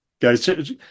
guys